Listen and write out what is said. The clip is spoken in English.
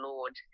Lord